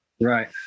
Right